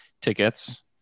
tickets